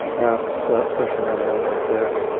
now i have to start pushing it around like that.